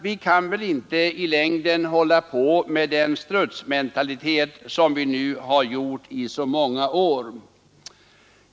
Vi kan väl inte i längden fortsätta med den strutsmentalitet som har kommit till uttryck under så många år.